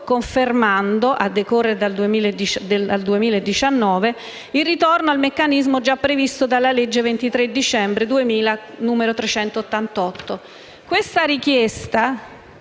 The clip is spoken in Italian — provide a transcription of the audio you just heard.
confermando, a decorrere dal 2019, il ritorno al meccanismo già previsto dalla legge n. 388